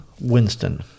Winston